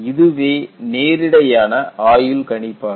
இதுவே நேரிடையான ஆயுள் கணிப்பாகும்